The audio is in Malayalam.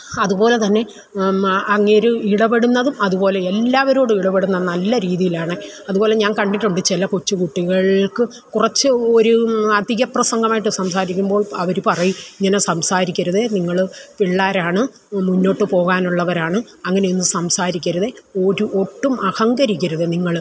അതുപോലെത്തന്നെ അങ്ങേർ ഇടപെടുന്നതും അതുപോലെ എല്ലാവരോടുമിടപെടുന്ന നല്ല രീതിയിലാണ് അതുപോലെ ഞാൻ കണ്ടിട്ടുണ്ട് ചില കൊച്ചു കുട്ടികൾക്ക് കുറച്ച് ഒരു അധികപ്രസംഗമായിട്ട് സംസാരിക്കുമ്പോൾ അവർ പറയും ഇങ്ങനെ സംസാരിക്കരുത് നിങ്ങൾ പിള്ളാരാണ് മുന്നോട്ട് പോകാനുള്ളവരാണ് അങ്ങനെയൊന്നും സംസാരിക്കരുത് ഒരു ഒട്ടും അഹങ്കരിക്കരുത് നിങ്ങൾ